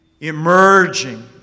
Emerging